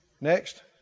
Next